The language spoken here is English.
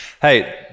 Hey